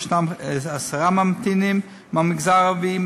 יש עשרה ממתינים מהמגזר הערבי,